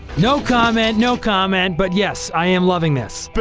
no comment! no comment! but yes, i am loving this ben,